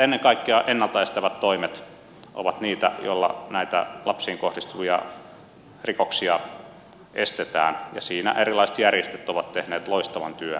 ennen kaikkea ennalta estävät toimet ovat niitä joilla näitä lapsiin kohdistuvia rikoksia estetään ja siinä erilaiset järjestöt ovat tehneet loistavan työn